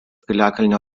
piliakalnio